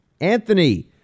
Anthony